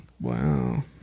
Wow